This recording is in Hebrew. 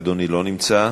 אדוני, לא נמצא.